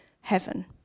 heaven